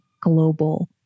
global